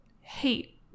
hate